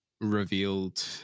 revealed